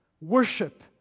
Worship